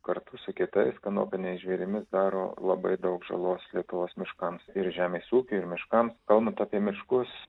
kartu su kitais kanopiniais žvėrimis daro labai daug žalos lietuvos miškams ir žemės ūkiui ir miškams kalbant apie miškus